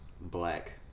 black